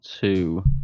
two